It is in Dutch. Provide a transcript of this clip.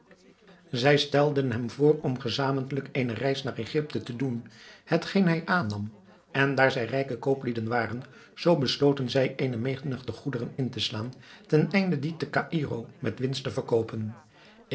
zij stelden hem voor om gezamentlijk eene reis naar egypte te doen hetgeen hij aannam en daar zij rijke kooplieden waren zoo besloten zij eene menigte goederen in te slaan ten einde die te caïro met winst te verkoopen